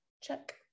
Check